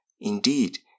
indeed